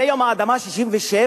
זה יום האדמה 67'?